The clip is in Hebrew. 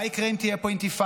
מה יקרה אם תהיה פה אינתיפאדה,